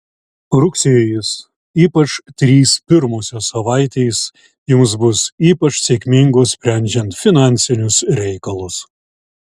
rugsėjis ypač trys pirmosios savaitės jums bus ypač sėkmingos sprendžiant finansinius reikalus